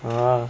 orh